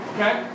Okay